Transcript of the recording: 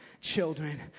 children